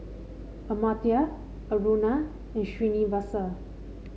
Amartya Aruna and Srinivasa